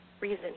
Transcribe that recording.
reason